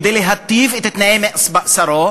כדי להיטיב את תנאי מאסרו?